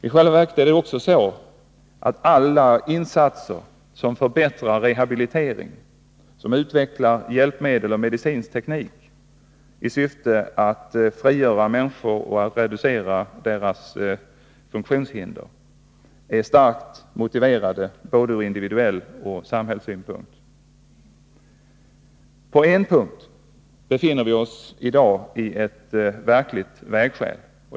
I själva verket är alla insatser som förbättrar rehabiliteringen samt utvecklar hjälpmedel och medicinsk teknik i syfte att frigöra människor och reducera deras funktionshinder starkt motiverade både från individens synpunkt och från samhällets synpunkt. I ett avseende befinner vi oss i dag vid ett verkligt vägskäl.